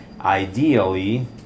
ideally